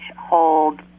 hold